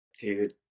Dude